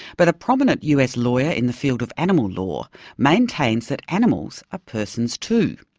but a prominent us lawyer in the field of animal law maintains that animals are persons too.